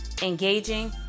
engaging